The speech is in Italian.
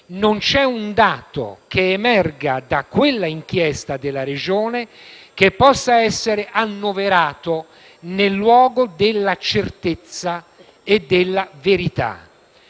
Non c'è un dato che emerga dall'inchiesta della Regione che possa essere annoverato nel luogo della certezza e della verità: